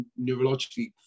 neurologically